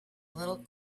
little